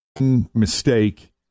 ...mistake